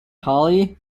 hollie